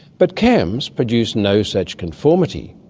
but cams produce no such conformity.